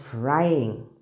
frying